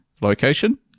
Location